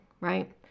right